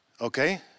okay